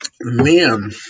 Man